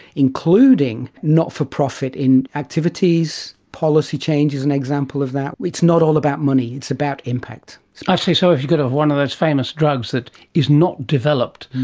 including not for profit in activities, policy change is an example of that, it's not all about money, it's about impact. so if you've got one of those famous drugs that is not developed,